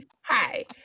hi